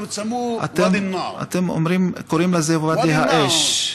אתם קוראים לזה ואדי האש.